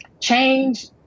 Change